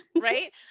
right